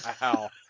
Wow